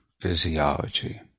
physiology